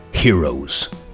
Heroes